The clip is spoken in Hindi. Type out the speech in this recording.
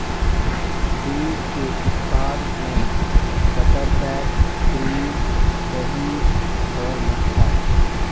दूध के उत्पाद हैं बटरफैट, क्रीम, दही और मट्ठा